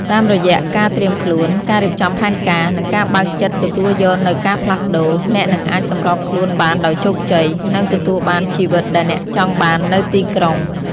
តាមរយៈការត្រៀមខ្លួន ការរៀបចំផែនការ និងការបើកចិត្តទទួលយកនូវការផ្លាស់ប្តូរ អ្នកនឹងអាចសម្របខ្លួនបានដោយជោគជ័យ និងទទួលបានជីវិតដែលអ្នកចង់បាននៅទីក្រុង។